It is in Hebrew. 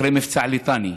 אחרי מבצע ליטני.